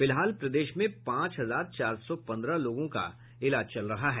फिलहाल प्रदेश में पांच हजार चार सौ पंद्रह लोगों का इलाज चल रहा है